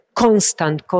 constant